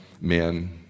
men